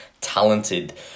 talented